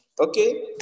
Okay